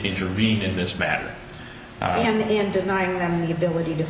intervene in this matter and i am in denying them the ability to